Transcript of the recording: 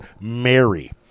Mary